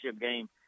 game